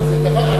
צודק.